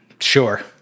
Sure